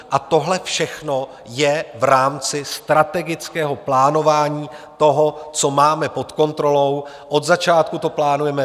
A tohle všechno je v rámci strategického plánování toho, co máme pod kontrolou, od začátku to plánujeme.